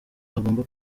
agomba